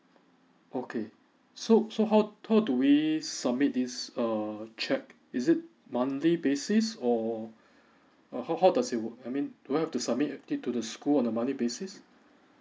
okay so so how so do we submit this err cheque is it monthly basis or uh how how does it work I mean do I have to submit it to the school on a monthly basis